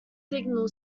signal